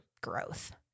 growth